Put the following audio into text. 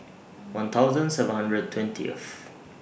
one thousand seven hundred twentieth